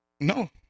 No